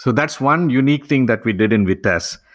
so that's one unique thing that we did in vitess,